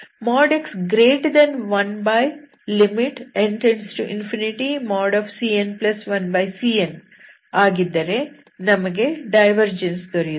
|x|1n→∞cn1cn ಆಗಿದ್ದರೆ ನಮಗೆ ಡೈವರ್ಜೆನ್ಸ್ ಸಿಗುತ್ತದೆ